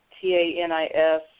T-A-N-I-S